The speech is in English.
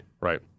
right